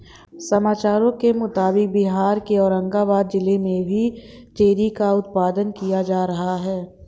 समाचारों के मुताबिक बिहार के औरंगाबाद जिला में भी चेरी का उत्पादन किया जा रहा है